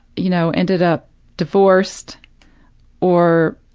you know, ended up divorced or,